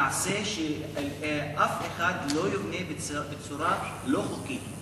נעשה שאף אחד לא יבנה בצורה לא חוקית.